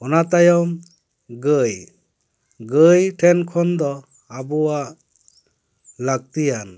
ᱚᱱᱟ ᱛᱟᱭᱚᱢ ᱜᱟᱹᱭ ᱜᱟᱹᱭ ᱴᱷᱮᱱ ᱠᱷᱚᱱᱫᱚ ᱟᱵᱚᱣᱟᱜ ᱞᱟᱹᱠᱛᱤᱭᱟᱱ